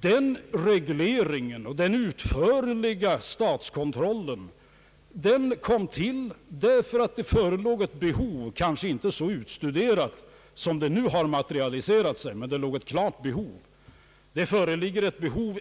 Den regleringen och genomgripande statskontrollen tillkom därför att det fanns ett klart behov, låt vara kanske inte lika markerat som det som nu har materialiserat sig. Även här föreligger ett behov